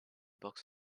box